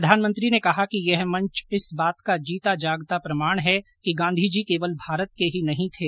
प्रधानमंत्री ने कहा कि यह मंच इस बात का जीता जागता प्रमाण है कि गांधीजी केवल भारत के नहीं थे